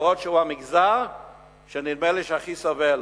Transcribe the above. אף-על-פי שהוא המגזר שנדמה לי שהכי סובל.